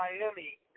Miami